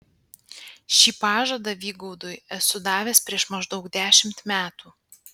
šį pažadą vygaudui esu davęs prieš maždaug dešimt metų